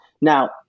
now